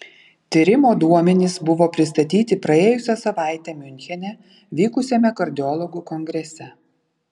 tyrimo duomenys buvo pristatyti praėjusią savaitę miunchene vykusiame kardiologų kongrese